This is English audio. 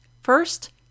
First